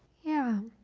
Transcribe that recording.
yeah.